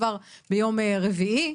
כבר ביום רביעי,